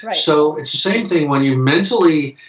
ah so it's the same thing when you mentally.